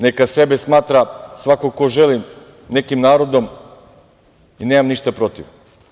Neka sebe smatra svako ko želi nekim narodom i nemam ništa protiv.